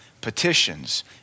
petitions